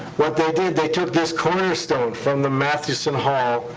what they did, they took this cornerstone from the matheson hall,